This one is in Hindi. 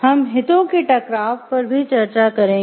हम हितों के टकराव पर भी चर्चा करेंगे